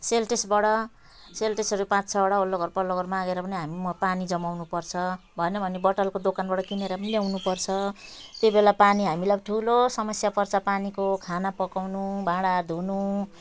सिन्टेक्सबाट सिन्टेक्सहरू पाँच छवटा वल्लो घर पल्लो घर मागेर पनि हामी म पानी जमाउनु पर्छ भएन भने बोतलको दोकानबाट किनेर ल्याउनु पर्छ त्यो बेला पानी हामीलाई ठुलो समस्या पर्छ पानीको खाना पकाउनु भाँडा धुनु